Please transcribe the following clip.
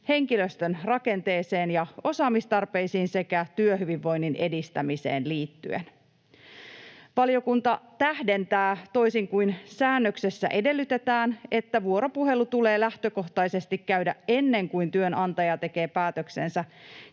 henkilöstön rakenteeseen ja osaamistarpeisiin sekä työhyvinvoinnin edistämiseen liittyen. Valiokunta tähdentää, toisin kuin säännöksessä edellytetään, että vuoropuhelu tulee lähtökohtaisesti käydä ennen kuin työnantaja tekee päätöksensä